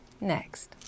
next